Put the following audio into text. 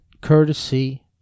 courtesy